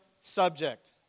subject